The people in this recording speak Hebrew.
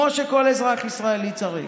כמו שכל אזרח ישראלי צריך.